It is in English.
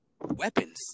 weapons